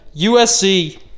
USC